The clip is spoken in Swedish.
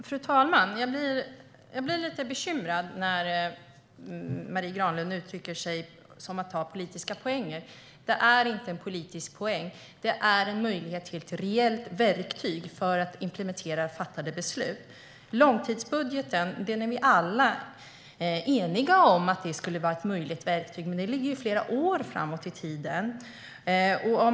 Fru talman! Jag blir lite bekymrad när Marie Granlund talar om att ta politiska poänger. Det är inte en politisk poäng, utan det är en möjlighet till ett reellt verktyg för att implementera fattade beslut. Långtidsbudgeten är vi alla eniga om borde vara ett möjligt verktyg, men det ligger ju flera år framåt i tiden.